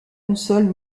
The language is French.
console